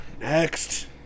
Next